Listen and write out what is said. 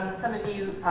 some of you